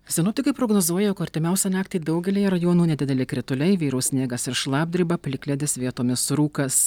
sinoptikai prognozuoja jog artimiausią naktį daugelyje rajonų nedideli krituliai vyraus sniegas ir šlapdriba plikledis vietomis rūkas